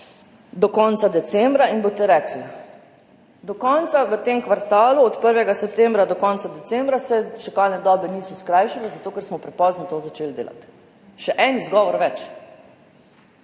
do konca decembra in boste rekli: do konca, v tem kvartalu od 1. septembra do konca decembra se čakalne dobe niso skrajšale, zato ker smo prepozno to začeli delati. Še en izgovor več.